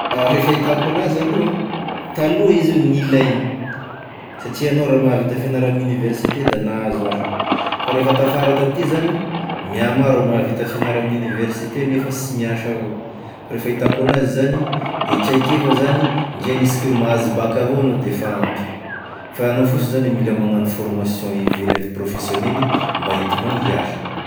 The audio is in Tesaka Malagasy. Re fahitako anazy aloha, taloha izy io no gnilainy, satria anao raha mahavita fianara amin'ny universite da nahazo asa, fa refa tafara taty zany, mihamaro e mahavita fianara ame oniversite nefa sy miasa avao, fa re fahitako anazy zany traikefa zany ndre hanesika hoe mahazo baka avao anao defa ampy fa anao fosy zany e mila magnano formation ivela- profesionely mba entinao hiasa.